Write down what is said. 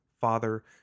father